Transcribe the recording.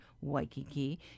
Waikiki